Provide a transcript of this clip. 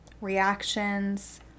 reactions